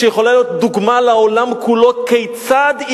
שיכולה להיות דוגמה לעולם כולו כיצד היא